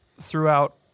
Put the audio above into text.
throughout